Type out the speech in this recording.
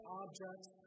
objects